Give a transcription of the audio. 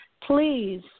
Please